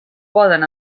poden